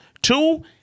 Two